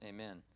Amen